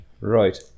Right